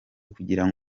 kugira